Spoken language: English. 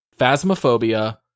Phasmophobia